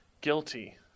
guilty